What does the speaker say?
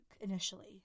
initially